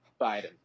biden